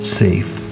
safe